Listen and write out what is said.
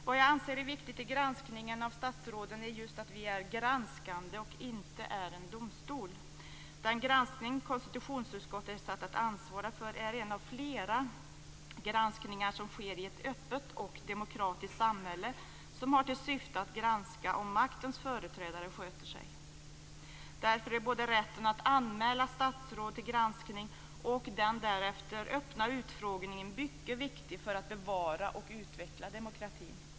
Vad jag anser är viktigt i granskningen av statsråden är just att vi är granskande och inte är en domstol. Den granskning som konstitutionsutskottet är satt att ansvara för är en av flera granskningar som sker i ett öppet och demokratiskt samhälle som har till syfte att granska om maktens företrädare sköter sig. Därför är både rätten att anmäla statsråd till granskning och den därefter öppna utfrågningen mycket viktig för att bevara och utveckla demokratin.